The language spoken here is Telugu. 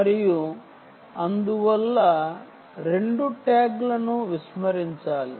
మరియు అందువల్ల రెండు ట్యాగ్లను విస్మరించాలి